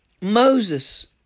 Moses